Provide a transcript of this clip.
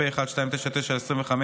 פ/1299/25,